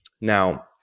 Now